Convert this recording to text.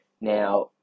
Now